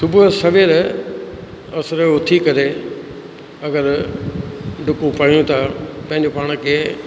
सुबुह जो सवेर असुर जो उथी करे अगरि डुकूं पायूं था पंहिंजो पाण खे